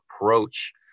approach